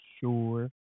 sure